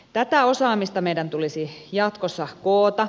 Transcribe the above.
tätä osaamista meidän tulisi jatkossa koota